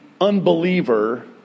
unbeliever